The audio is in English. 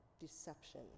deception